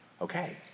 okay